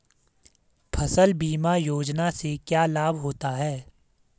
फसल बीमा योजना से क्या लाभ होता है?